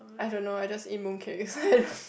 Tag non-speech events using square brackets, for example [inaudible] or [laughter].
I don't know I just eat mooncake [laughs]